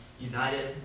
United